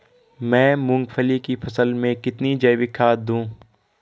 मैं मूंगफली की फसल में कितनी जैविक खाद दूं?